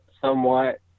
somewhat